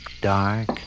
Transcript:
dark